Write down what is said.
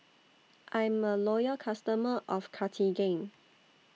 I'm A Loyal customer of Cartigain